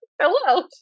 Hello